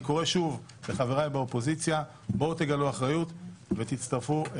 אני קורא שוב לחבריי באופוזיציה: בואו תגלו אחריות ותצטרפו לוועדות,